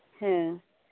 ᱦᱮᱸ